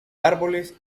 árboles